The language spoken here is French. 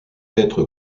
être